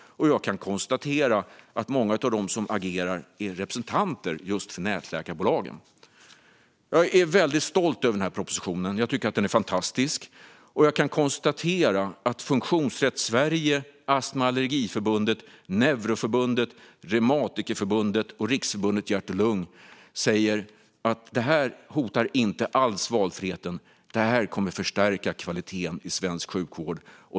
Jag kan konstatera att många av dem som agerar är representanter för just nätläkarbolagen. Jag är väldigt stolt över den är propositionen. Jag tycker att den är fantastisk och kan konstatera att Funktionsrätt Sverige, Astma och Allergiförbundet, Neuroförbundet, Reumatikerförbundet och Riksförbundet Hjärtlung säger att det här inte alls hotar valfriheten utan kommer att förstärka kvaliteten i svensk sjukvård.